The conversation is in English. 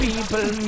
People